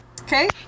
Okay